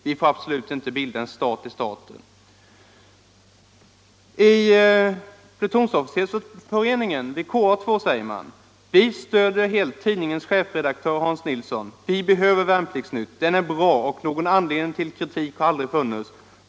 Vi får absolut inte bilda ”en stat i staten".” I Plutonofficersföreningen vid KA 2 säger man: ”Vi stöder helt tidningens chefredaktör Hans Jönsson. Vi behöver Värnpliktsnytt, den är bra och någon anledning till kritik har aldrig funnits.